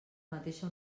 mateixa